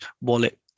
wallet